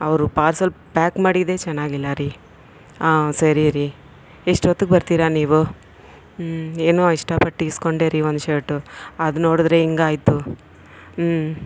ಅವರು parcel pack ಮಾಡಿದ್ದೆ ಚೆನ್ನಾಗಿಲ್ಲ ರೀ ಹಾಂ ಸರಿ ರೀ ಎಷ್ಟೊತ್ಗೆ ಬರ್ತೀರಾ ನೀವು ಹ್ಞೂ ಏನೋ ಇಷ್ಟಪಟ್ಟು ಇಸ್ಕೊಂಡೆ ರೀ ಒಂದು ಶರ್ಟು ಅದು ನೋಡಿದ್ರೆ ಹಿಂಗಾಯ್ತು